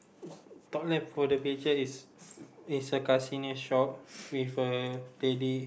top left of the picture is is a casino shop with a lady